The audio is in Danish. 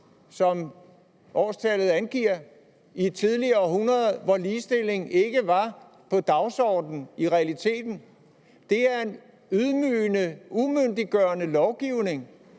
som årstallet angiver, i et tidligere århundrede, hvor ligestilling i realiteten ikke var på dagsordenen. Det er en ydmygende, umyndiggørende lovgivning,